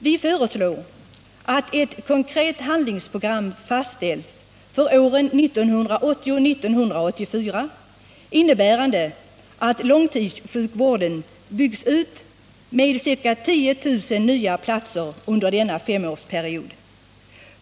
Vi föreslår där att ett konkret handlingsprogram fastställs för åren 1980-1984, innebärande att långtidssjukvården byggs ut med ca 10 000 nya platser under denna femårsperiod.